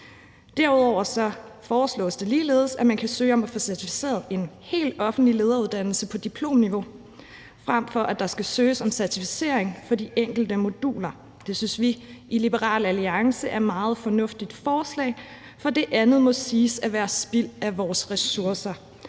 Derudover foreslås det ligeledes, at man kan søge om at få certificeret en hel offentlig lederuddannelse på diplomniveau, frem for at der skal søges om certificering af de enkelte moduler. Det synes vi i Liberal Alliance er et meget fornuftigt forslag, for det andet må siges at være spild af vores ressourcer.